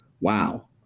wow